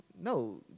No